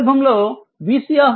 ఈ సందర్భంలో vC0 10 volt